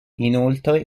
inoltre